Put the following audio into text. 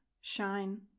shine